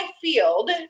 field